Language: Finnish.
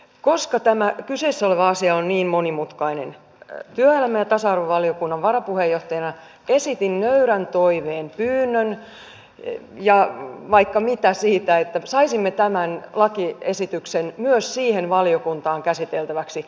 koska tämä kyseessä oleva asia on niin monimutkainen työelämä ja tasa arvovaliokunnan varapuheenjohtajana esitin nöyrän toiveen pyynnön ja vaikka mitä siitä että saisimme tämän lakiesityksen myös siihen valiokuntaan käsiteltäväksi